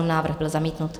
Návrh byl zamítnut.